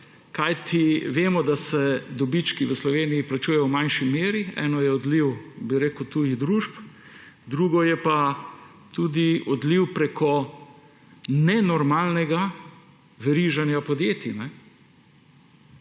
kajti vemo, da se dobički v Sloveniji plačujejo v manjši meri. Eno je odliv tujih družb, drugo je pa odliv prek nenormalnega veriženja podjetij.